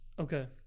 Okay